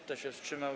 Kto się wstrzymał?